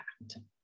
impact